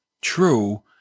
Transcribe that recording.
true